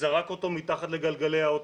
וזרק אותו מתחת לגלגלי האוטובוס.